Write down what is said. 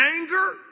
Anger